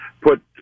put